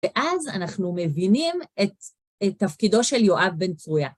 ואז אנחנו מבינים את תפקידו של יואב בן צרויה.